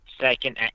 second